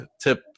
tip